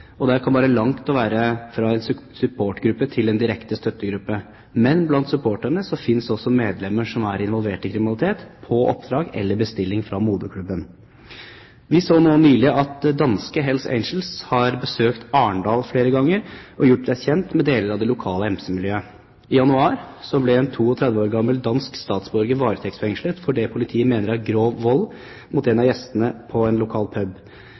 hobby. Det kan være langt fra å være supportgruppe til en direkte støttegruppe. Men blant supporterne finnes også medlemmer som er involvert i kriminalitet – på oppdrag eller bestilling fra moderklubben. Vi så nå nylig at danske Hells Angels har besøkt Arendal flere ganger og gjort seg kjent med deler av det lokale MC-miljøet. I januar ble en 32 år gammel dansk statsborger varetektsfengslet for det politiet mener er grov vold mot en av gjestene på en lokal